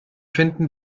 finden